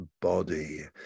body